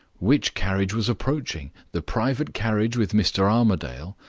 which carriage was approaching the private carriage with mr. armadale,